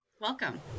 Welcome